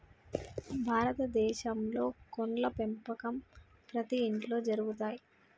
భారత దేశంలో కోడ్ల పెంపకం ప్రతి ఇంట్లో జరుగుతయ్